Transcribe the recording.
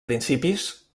principis